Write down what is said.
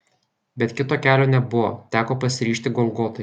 bet kito kelio nebuvo teko pasiryžti golgotai